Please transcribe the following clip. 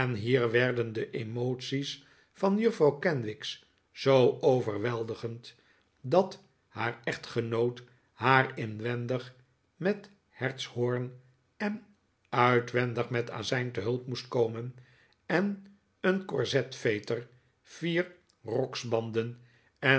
hier werden de emoties van juffrouw kenwigs zoo overweldigend dat haar echtgenoot haar inwendig met hertshoorn en uitwendig met azijn te hulp moest komen en een corsetveter vier roksbanden en